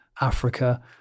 Africa